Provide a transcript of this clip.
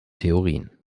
theorien